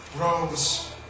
rose